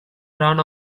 drawn